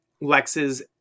Lex's